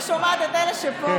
אני שומעת את אלה שפה.